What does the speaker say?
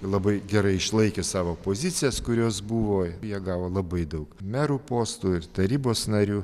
labai gerai išlaikė savo pozicijas kurios buvo jie gavo labai daug merų postų ir tarybos narių